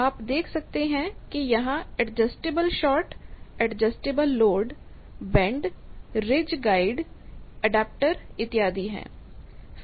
आप देख सकते हैं कि यहां adjustable short adjustable load bend ridge guide adapter इत्यादि है